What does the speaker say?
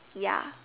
ya